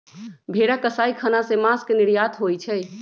भेरा कसाई ख़ना से मास के निर्यात होइ छइ